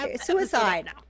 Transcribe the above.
suicide